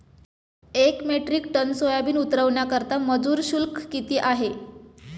एक metric tonne soyabean उतरवण्याकरता मजूर शुल्क किती आहे?